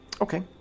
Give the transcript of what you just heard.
Okay